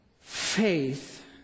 faith